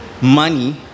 money